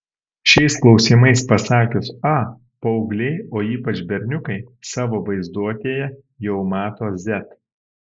šiais klausimais pasakius a paaugliai o ypač berniukai savo vaizduotėje jau mato z